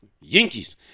Yankees